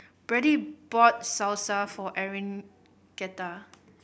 Brady bought Salsa for Enriqueta